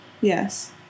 Yes